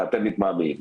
ואתם מתמהמהים.